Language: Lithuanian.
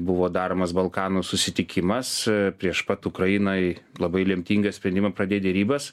buvo daromas balkanų susitikimas prieš pat ukrainai labai lemtingą sprendimą pradėt derybas